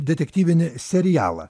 detektyvinį serialą